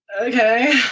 Okay